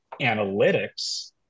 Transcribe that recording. analytics